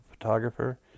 photographer